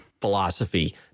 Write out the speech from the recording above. philosophy